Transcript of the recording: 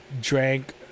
drank